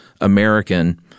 American